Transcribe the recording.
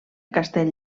castell